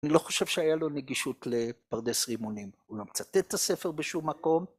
אני לא חושב שהיה לו נגישות לפרדס רימונים, הוא לא מצטט את הספר בשום מקום